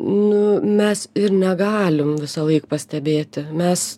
nu mes ir negalim visąlaik pastebėti mes